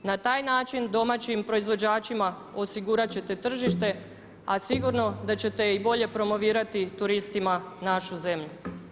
Na taj način domaćim proizvođačima osigurat ćete tržište, a sigurno da ćete i bolje promovirati turistima našu zemlju.